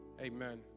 Amen